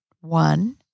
one